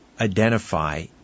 identify